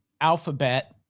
alphabet